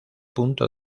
punto